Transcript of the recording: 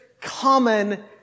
common